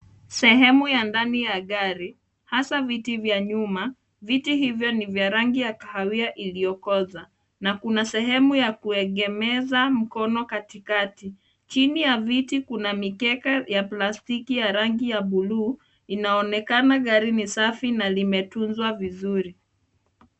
Sehemu ya ndani ya gari, hasa viti vya nyuma, viti hivyo ni vya rangi ya kahawia iliyokoza na kuna sehemu ya kuegemeza mkono katikati. Chini ya viti kuna mikeka ya plastiki ya rangi ya buluu. Inaonekana gari ni safi na limetunzwa vizuri.